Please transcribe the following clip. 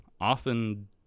often